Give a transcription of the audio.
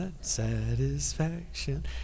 satisfaction